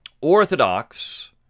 Orthodox